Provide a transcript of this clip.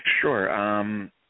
Sure